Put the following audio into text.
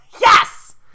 Yes